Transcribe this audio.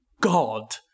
God